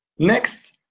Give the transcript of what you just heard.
Next